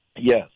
Yes